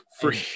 free